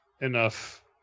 enough